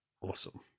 awesome